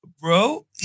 Bro